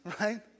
right